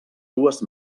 dues